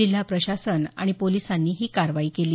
जिल्हा प्रशासन आणि पोलिसांनी ही कारवाई केली